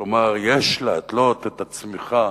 כלומר, יש לתלות את הצמיחה,